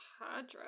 Hydra